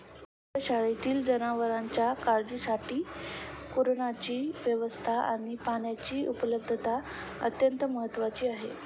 दुग्धशाळेतील जनावरांच्या काळजीसाठी कुरणाची व्यवस्था आणि पाण्याची उपलब्धता अत्यंत महत्त्वाची आहे